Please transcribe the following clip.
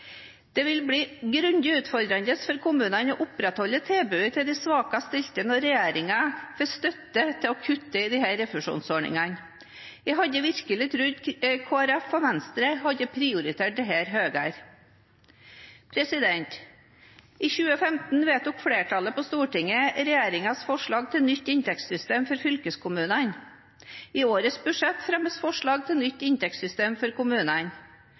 Det vil bli grundig utfordrende for kommunene å opprettholde tilbudet til de svakest stilte når regjeringen får støtte til å kutte i disse refusjonsordningene. Jeg hadde virkelig trodd at Kristelig Folkeparti og Venstre hadde prioritert dette høyere. I 2015 vedtok flertallet på Stortinget regjeringens forslag til nytt inntektssystem for fylkeskommunene. I årets budsjett fremmes forslag til nytt inntektssystem for kommunene.